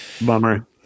Bummer